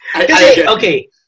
Okay